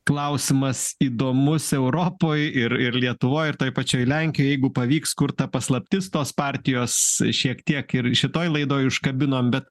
klausimas įdomus europoj ir ir lietuvoj ir toj pačioj lenkijoj jeigu pavyks kur ta paslaptis tos partijos šiek tiek ir šitoj laidoj užkabinom bet